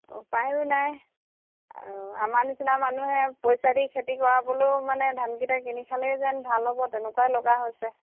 উপায়ো নাই আৰু আমাৰ নিচিনা মানুহে পইচা দি খেতি কৰাবলৈও মানে ধানকেইটা কিনি খালেই যেন ভাল হ'ব তেনেকুৱাই লগা হৈছে